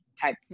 type